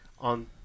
on